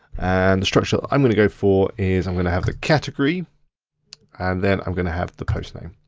and the structure i'm gonna go for is i'm gonna have the category and then i'm gonna have the post name.